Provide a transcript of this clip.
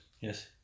Yes